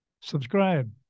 Subscribe